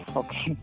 okay